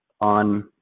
on